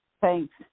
Thanks